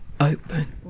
open